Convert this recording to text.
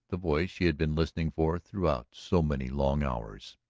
the voice she had been listening for throughout so many long hours,